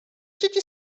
dzieci